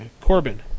Corbin